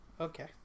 okay